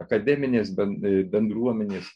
akademinės bend e bendruomenės